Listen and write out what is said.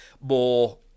more